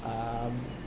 um